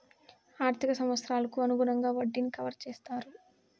ఆర్థిక సంవత్సరాలకు అనుగుణంగా వడ్డీని కవర్ చేత్తారు